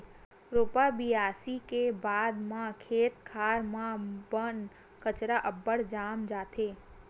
रोपा बियासी के बाद म खेत खार म बन कचरा अब्बड़ जाम जाथे